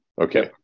Okay